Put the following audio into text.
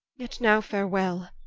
yet now farewell,